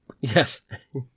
Yes